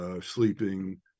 sleeping